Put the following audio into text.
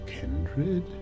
kindred